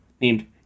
named